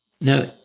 Now